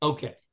Okay